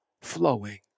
flowing